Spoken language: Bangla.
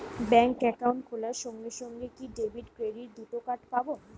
ব্যাংক অ্যাকাউন্ট খোলার সঙ্গে সঙ্গে কি ডেবিট ক্রেডিট দুটো কার্ড পাবো?